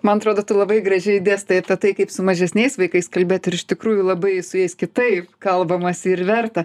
man atrodo tu labai gražiai dėstai apie tai kaip su mažesniais vaikais kalbėt ir iš tikrųjų labai su jais kitaip kalbamasi ir verta